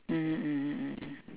mmhmm mmhmm mmhmm